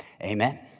Amen